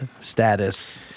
status